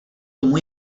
tomu